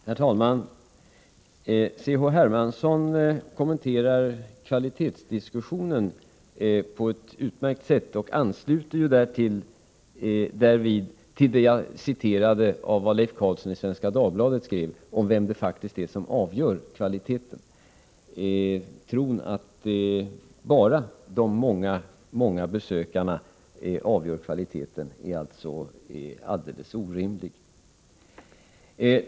Herr talman! C.-H. Hermansson kommenterar kvalitetsdiskussionen på ett utmärkt sätt. Han ansluter därvid till det jag refererade av vad Leif Carlsson i Svenska Dagbladet skrev om vem det faktiskt är som avgör kvaliteten. Tron på att bara de många, många besökarna avgör kvaliteten är således alldeles orimlig.